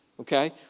Okay